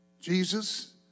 Jesus